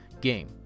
game